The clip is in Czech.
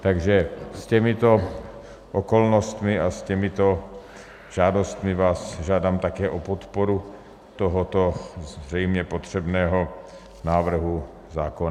Takže s těmito okolnostmi a s těmito žádostmi vás žádám také o podporu tohoto zřejmě potřebného návrhu zákona.